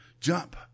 jump